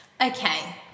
Okay